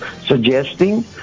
suggesting